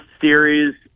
series